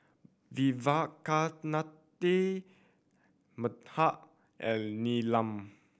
Vivekananda Medha and Neelam